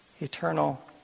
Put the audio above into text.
eternal